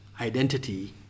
identity